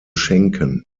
schenken